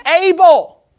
able